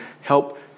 help